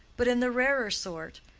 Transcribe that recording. but in the rarer sort,